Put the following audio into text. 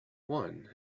one